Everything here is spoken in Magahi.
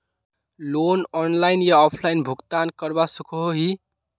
लोन ऑनलाइन या ऑफलाइन भुगतान करवा सकोहो ही?